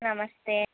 నమస్తే